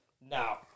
now